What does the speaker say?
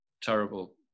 terrible